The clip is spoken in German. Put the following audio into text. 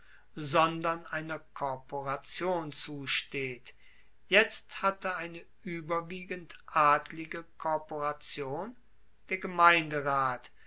sondern einer korporation zusteht jetzt hatte eine ueberwiegend adlige korporation der gemeinderat